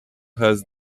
has